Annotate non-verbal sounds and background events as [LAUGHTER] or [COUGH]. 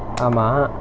[NOISE] ஆமா:aamaa